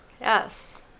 Yes